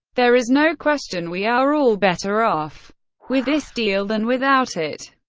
there is no question we are all better off with this deal than without it.